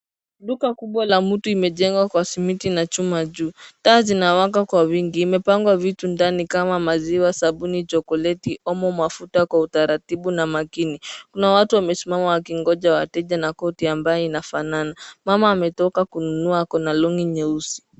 Duka kubwa la mtu imejengwa kwa simiti na chuma juu. Taa zinawaka kwa wingi. Imepangwa vitu ndani kama maziwa, sabuni, chocolate ,omo, mafuta kwa utaratibu na makini. Kuna watu wamesimama wakingoja wateja na koti ambayo inafanana. Mama ametoka kununua na long'i nyeusi.